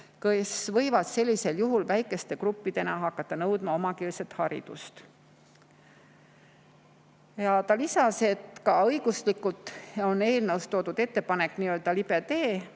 kes võivad sellisel juhul väikeste gruppidena hakata nõudma omakeelset haridust. Ta lisas, et ka õiguslikult on eelnõus toodud ettepanek nii-öelda libe tee.